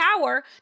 power